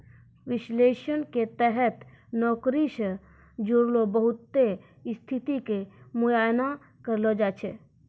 विश्लेषण के तहत नौकरी से जुड़लो बहुते स्थिति के मुआयना करलो जाय छै